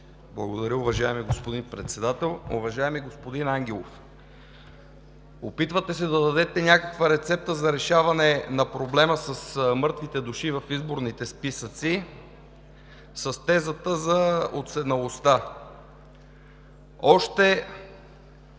Благодаря, уважаеми господин Председател. Уважаеми господин Ангелов, опитвате се да дадете някаква рецепта за решаване на проблема с мъртвите души в изборните списъци с тезата за отседналостта. Още